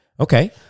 Okay